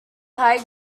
pye